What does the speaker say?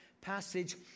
passage